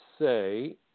say